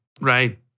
right